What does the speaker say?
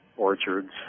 orchards